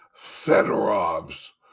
fedorov's